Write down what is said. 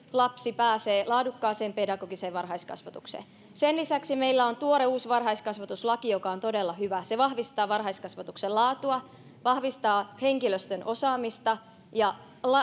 lapsi pääsee laadukkaaseen pedagogiseen varhaiskasvatukseen sen lisäksi meillä on tuore uusi varhaiskasvatuslaki joka on todella hyvä se vahvistaa varhaiskasvatuksen laatua vahvistaa henkilöstön osaamista ja se